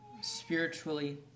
spiritually